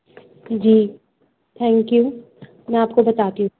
G thank you میں آپ کو بتاتی ہوں